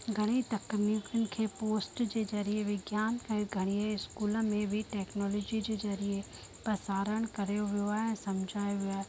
घणेई तकनीकनि खे पोस्ट जे ज़रिए विज्ञान ऐं घणेई इस्कूल में बि टैक्नोलॉजी जे ज़रिए प्रसारण करे वियो आहे ऐं समुझाए वियो आहे